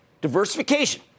Diversification